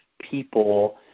people